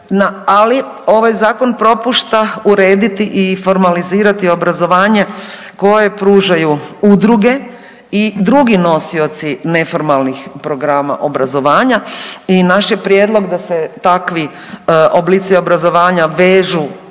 ali ovaj zakon propušta urediti i formalizirati obrazovanje koje pružaju udruge i drugi nosioci neformalnih programa obrazovanja i naš je prijedlog da se takvi oblici obrazovanja vežu